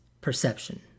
perception